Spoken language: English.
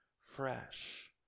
fresh